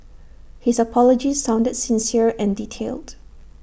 his apology sounded sincere and detailed